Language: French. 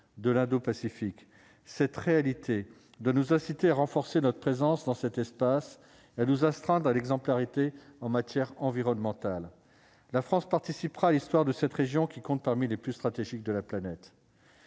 de l'indo-Pacifique cette réalité doit nous inciter à renforcer notre présence dans cet espace nous astreindre à l'exemplarité en matière environnementale, la France participera à l'histoire de cette région qui compte parmi les plus stratégiques de la planète.